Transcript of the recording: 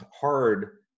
hard